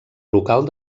local